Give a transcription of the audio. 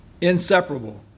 inseparable